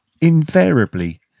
invariably